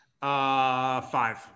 Five